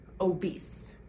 obese